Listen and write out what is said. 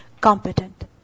competent